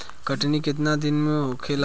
कटनी केतना दिन में होखेला?